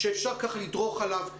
ושאפשר כך לדרוך עליו.